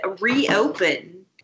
reopen